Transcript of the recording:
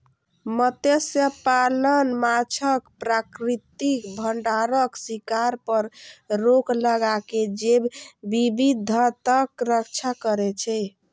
मत्स्यपालन माछक प्राकृतिक भंडारक शिकार पर रोक लगाके जैव विविधताक रक्षा करै छै